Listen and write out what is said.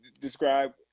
Describe